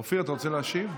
אופיר, אתה רוצה להשיב?